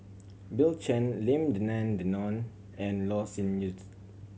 Bill Chen Lim Denan Denon and Loh Sin Needs